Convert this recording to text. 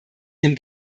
dem